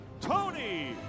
Tony